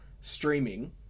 streaming